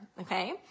okay